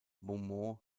beaumont